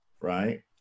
right